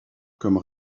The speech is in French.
comme